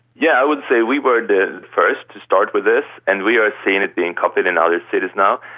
yeah, i would say we were the first to start with this, and we are seeing it being copied in other cities now.